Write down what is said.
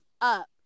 up